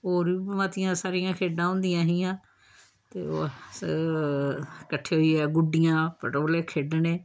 होर बी मतियां सारियां खेढ़ां होंदियां हियां ते ओह् कट्ठे होइयै गुड्डियां पटोले खेढ़ने